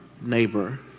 neighbor